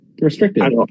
Restricted